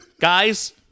Guys